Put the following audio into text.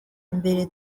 mbere